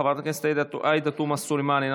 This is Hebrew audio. חברת הכנסת עאידה תומא סלימאן,